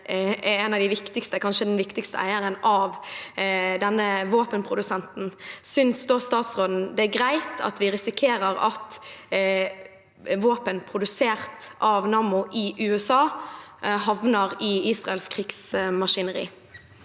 er en av de viktigste – kanskje den viktigste – eieren av denne våpenprodusenten: Synes da statsråden det er greit at vi risikerer at våpen produsert av Nammo i USA, havner i Israels krigsmaskineri?